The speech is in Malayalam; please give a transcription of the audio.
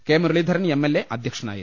K Muraleedharan M L A അധ്യക്ഷനായിരുന്നു